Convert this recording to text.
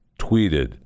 tweeted